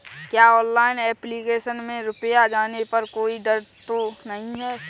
क्या online application में रुपया जाने का कोई डर तो नही है?